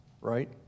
right